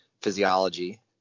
physiology